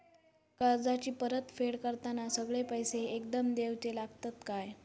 कर्जाची परत फेड करताना सगळे पैसे एकदम देवचे लागतत काय?